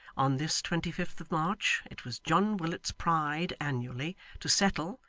on this twenty-fifth of march, it was john willet's pride annually to settle,